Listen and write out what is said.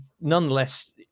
nonetheless